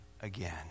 again